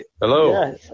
hello